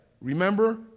remember